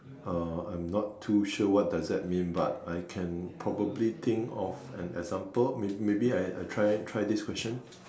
uh I'm not too sure what does that mean but I can probably think of an example maybe maybe I I try try this question